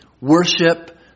Worship